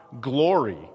glory